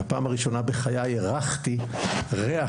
הרחתי ריח,